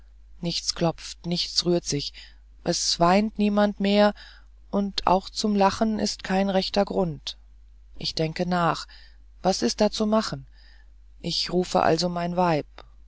nichts klopft nichts rührt sich es weint niemand mehr und auch zum lachen ist kein rechter grund ich denke nach was ist da zu machen ich rufe also mein weib